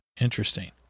Interesting